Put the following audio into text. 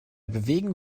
bewegen